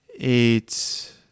eight